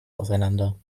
auseinander